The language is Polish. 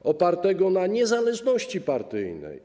opartego na niezależności partyjnej.